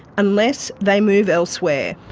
unless they move elsewhere.